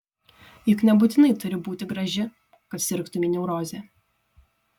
juk nebūtinai turi būti graži kad sirgtumei neuroze